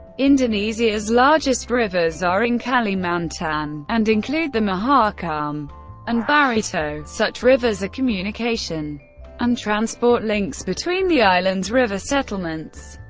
indonesia's largest rivers are in kalimantan, and include the mahakam and barito such rivers are communication and transport links between the island's river settlements.